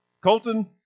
Colton